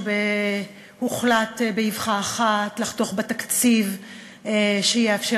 שהוחלט באבחה אחת לחתוך בתקציב שיאפשר